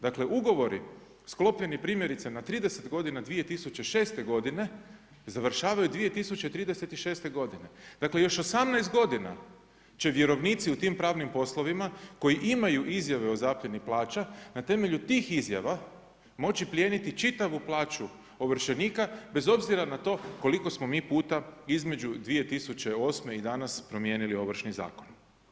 Dakle ugovori sklopljeni primjerice na 30 godina 2006. godine završavaju 2036. godine, dakle još 18 godina će vjerovnici u tim pravnim poslovima koji imaju izjave o zapljeni plaća na temelju tih izjava moći plijeniti čitavu plaću ovršenika bez obzira na to koliko smo mi puta između 2008. i danas promijenili Ovršni zakon.